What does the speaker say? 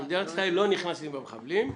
שמדינת ישראל לא נכנסים במחבלים,